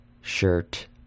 shirt